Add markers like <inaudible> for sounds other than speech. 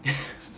<laughs>